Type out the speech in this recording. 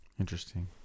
Interesting